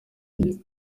bye